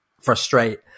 frustrate